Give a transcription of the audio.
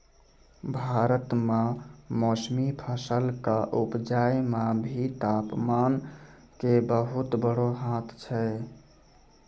भारत मॅ मौसमी फसल कॅ उपजाय मॅ भी तामपान के बहुत बड़ो हाथ छै